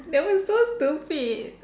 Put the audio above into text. that was so stupid